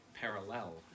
parallel